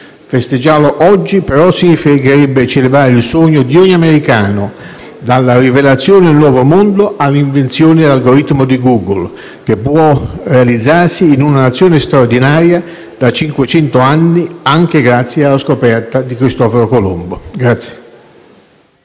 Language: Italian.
Festeggiarlo oggi, però, significherebbe celebrare il sogno di ogni americano - dalla rivelazione del nuovo mondo alla invenzione dell'algoritmo di Google - che può realizzarsi in una Nazione straordinaria, da cinquecento anni, anche grazie alla scoperta di Cristoforo Colombo.